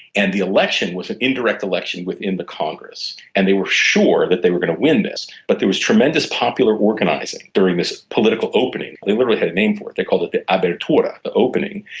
and the election was an indirect election within the congress, and they were sure that they were going to win this, but there was tremendous popular organising during this political opening. they literally had a name for it, they called it the abertura, the opening.